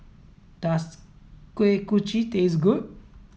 does Kuih Kochi taste good